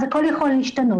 אז הכל יכול להשתנות.